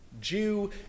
Jew